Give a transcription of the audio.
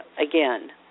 Again